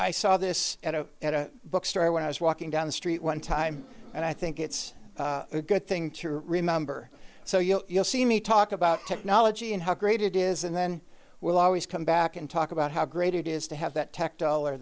i saw this at a bookstore when i was walking down the street one time and i think it's a good thing to remember so you know you'll see me talk about technology and how great it is and then we'll always come back and talk about how great it is to have that tech dollar